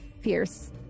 fierce